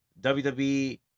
WWE